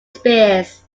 spears